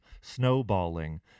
snowballing